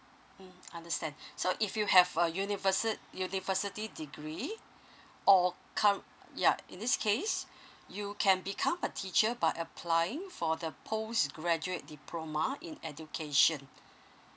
mm understand so if you have a university university degree or um yup in this case you can become a teacher but applying for the post graduate diploma in education